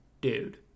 dude